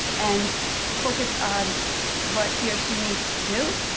and focused on what he or she needs to do,